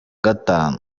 gatanu